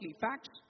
facts